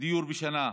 דיור בשנה,